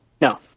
No